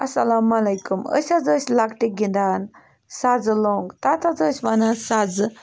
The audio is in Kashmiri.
اَسَلامُ علیکُم أسۍ حظ ٲسۍ لۄکٹہِ گِنٛدان سَزٕ لوٚنٛگ تَتھ حظ ٲسۍ وَنان سَزٕ